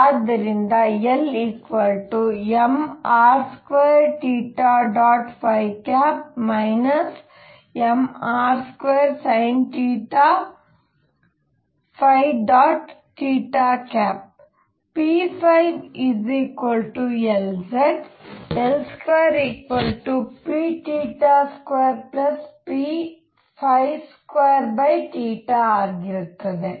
ಆದ್ದರಿಂದ L mr2 mr2sinθ p Lz L2 p2p2 ಆಗಿರುತ್ತದೆ